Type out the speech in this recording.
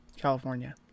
California